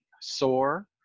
sore